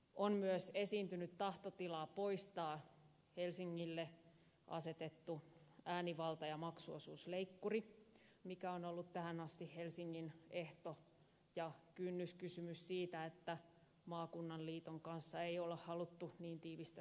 on myös esiintynyt tahtotila poistaa helsingille asetettu äänivalta ja maksuosuusleikkuri mikä on ollut tähän asti helsingin ehto ja kynnyskysymys siinä että maakunnan liiton kanssa ei ole haluttu niin tiivistä yhteistyötä tehdä